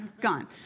gone